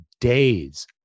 days